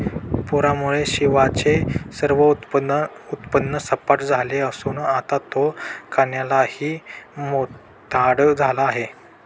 पूरामुळे शिवाचे सर्व उत्पन्न सपाट झाले असून आता तो खाण्यालाही मोताद झाला आहे